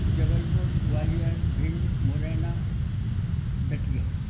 Jabalpur Gwalior Bhind Morena डकिया